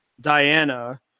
Diana